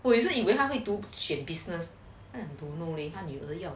我一直以为他会读 chip business